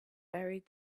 buried